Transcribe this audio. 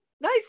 nice